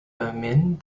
min